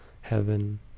heaven